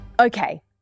Okay